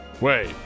Wait